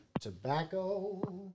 Tobacco